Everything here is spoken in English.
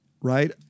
right